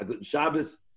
Shabbos